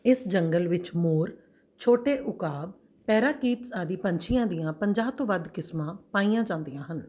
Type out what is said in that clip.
ਇਸ ਜੰਗਲ ਵਿੱਚ ਮੋਰ ਛੋਟੇ ਉਕਾਬ ਪੈਰਾਕੀਟਸ ਆਦਿ ਪੰਛੀਆਂ ਦੀਆਂ ਪੰਜਾਹ ਤੋਂ ਵੱਧ ਕਿਸਮਾਂ ਪਾਈਆਂ ਜਾਂਦੀਆਂ ਹਨ